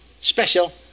special